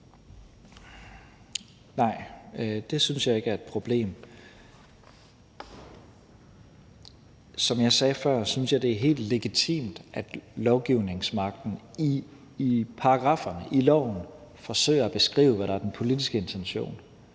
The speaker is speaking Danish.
Nej, det synes jeg ikke er et problem. Som jeg sagde før, synes jeg, det er helt legitimt, at lovgivningsmagten i paragrafferne og i loven forsøger at beskrive, hvad der er den politiske intention.